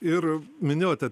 ir minėjote